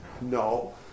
No